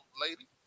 lady